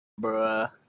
Bruh